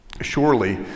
Surely